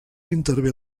intervé